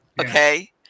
Okay